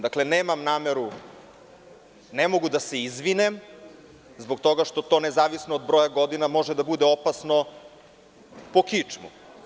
Dakle, ne mogu da se izvinim, zbog toga što to nezavisno od broja godina može da bude opasno po kičmu.